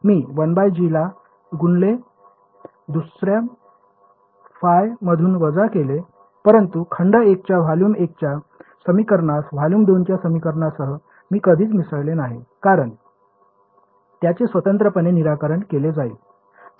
मी 1 g ला गुणले दुसर्यास ϕ मधून वजा केले परंतु खंड 1 च्या वालुम १ च्या समीकरणास वालुम 2 च्या समीकरणासह मी कधीच मिसळले नाही कारण त्यांचे स्वतंत्रपणे निराकरण केले जाईल